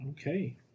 Okay